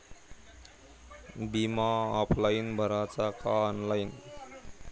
बिमा ऑफलाईन भराचा का ऑनलाईन?